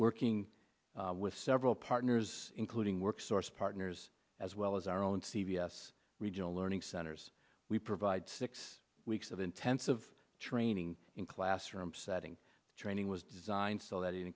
working with several partners including works source partners as well as our own c v s regional learning centers we provide six weeks of intensive training in classroom setting training was designed so that it